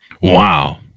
Wow